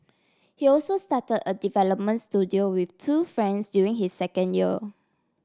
he also start a development studio with two friends during his second year